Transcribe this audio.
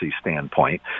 standpoint